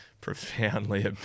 profoundly